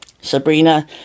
Sabrina